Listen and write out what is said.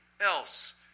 else